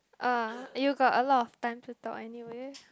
ah you got a lot of time to talk anywhere